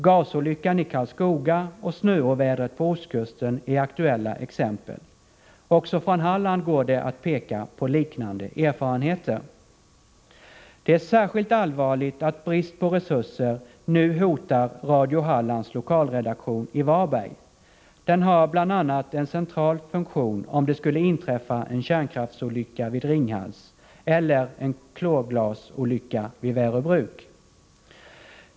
Gasolyckan i Karlskoga och snöovädret på ostkusten är aktuella exempel. Också från Halland finns det liknande erfarenheter att peka på. Det är särskilt allvarligt att brist på resurser nu hotar Radio Hallands lokalredaktion i Varberg. Den har bland annat en central funktion om det skulle inträffa en kärnkraftsolycka vid Ringhals eller en klorgasolycka vid Värö bruk.